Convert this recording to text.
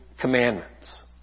commandments